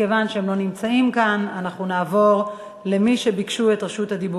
מכיוון שהם לא נמצאים כאן אנחנו נעבור למי שביקשו את רשות הדיבור.